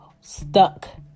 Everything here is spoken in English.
stuck